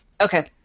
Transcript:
Okay